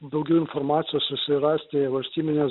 daugiau informacijos susirasti valstybinės